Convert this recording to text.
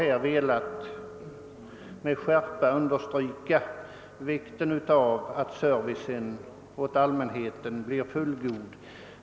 Här har vi med skärpa velat understryka vikten av att servicen till allmänheten blir fullgod.